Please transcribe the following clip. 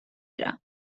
گیرم